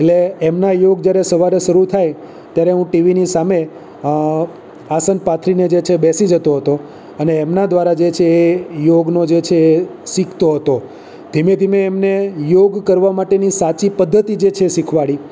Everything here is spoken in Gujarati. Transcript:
એટલે એમના યોગ જ્યારે સવારે શરૂ થાય ત્યારે હું ટીવીની સામે આસન પાથરીને જે છે બેસી જતો હતો અને એમના દ્વારા જે છે એ યોગનો જે છે એ શીખતો હતો ધીમે ધીમે એમણે યોગ કરવા માટેની સાચી પદ્ધતિ જે છે શીખવાડી